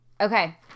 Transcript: Okay